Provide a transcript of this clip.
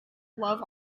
love